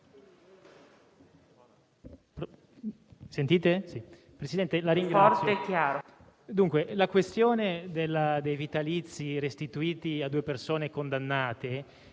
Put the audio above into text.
la questione dei vitalizi restituiti a due persone condannate,